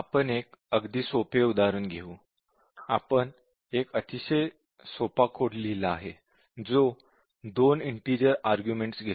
आपण एक अगदी सोपे उदाहरण घेऊ आपण एक अतिशय सोपा कोड लिहिला आहे जो 2 इंटिजर आर्ग्युमेंट्स घेतो